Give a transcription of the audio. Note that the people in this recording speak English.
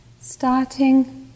starting